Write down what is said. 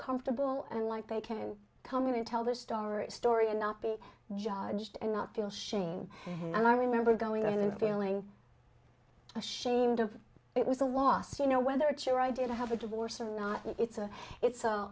comfortable and like they can come in and tell their story story and not be judged and not feel shame and i remember going on and feeling ashamed of it was a loss you know whether it's your idea to have a divorce or not it's a it's